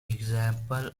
example